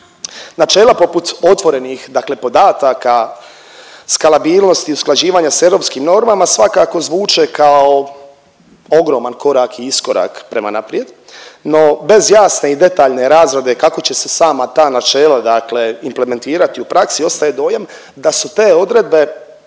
Načela poput otvorenih, dakle podataka skalabilnosti i usklađivanja sa europskim normama svakako zvuče kao ogroman korak i iskorak prema naprijed, no bez jasne i detaljne razrade kako će se sama ta načela, dakle implementirati u praksi ostaje dojam da su te odredbe